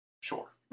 Sure